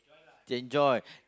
enjoy